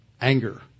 Anger